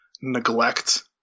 neglect